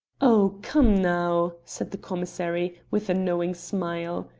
oh! come now, said the commissary, with a knowing smile,